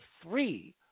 three